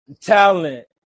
Talent